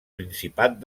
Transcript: principat